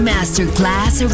Masterclass